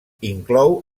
inclou